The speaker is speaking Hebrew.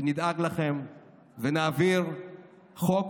שנדאג לכם ונעביר חוק